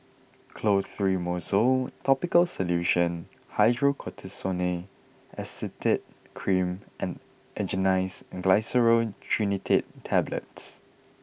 Clotrimozole topical solution Hydrocortisone Acetate Cream and Angised Glyceryl Trinitrate Tablets